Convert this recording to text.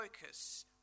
focus